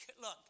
look